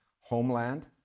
Homeland